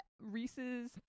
Reese's